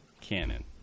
canon